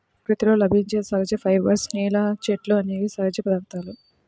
ప్రకృతిలో లభించే సహజ ఫైబర్స్, నేల, చెట్లు అనేవి సహజ పదార్థాలు